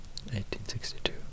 1862